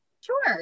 Sure